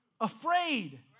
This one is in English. afraid